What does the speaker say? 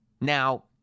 Now